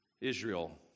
Israel